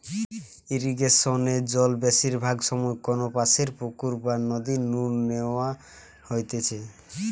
ইরিগেশনে জল বেশিরভাগ সময় কোনপাশের পুকুর বা নদী নু ন্যাওয়া হইতেছে